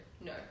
No